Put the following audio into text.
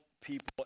people